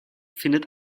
findet